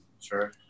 sure